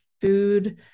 food